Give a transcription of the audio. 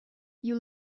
you